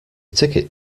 ticket